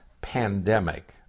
pandemic